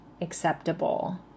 acceptable